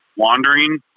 wandering